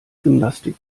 gymnastik